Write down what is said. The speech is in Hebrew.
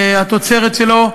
התוצרת שלו,